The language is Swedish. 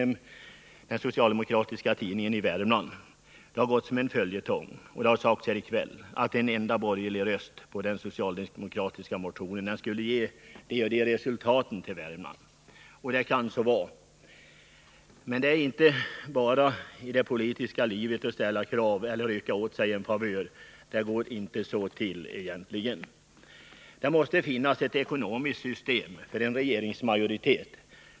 I den socialdemokratiska tidningen i Värmland har det gått som en följetong — och det har sagts även här i kväll — att en enda borgerlig röst på den socialdemokratiska motionen skulle ge de och de resultaten för Värmland. Det kan så vara! Men i det politiska livet kan man inte bara ställa krav och rycka åt sig en favör. Det måste finnas ett ekonomiskt system för en regeringsmajoritet.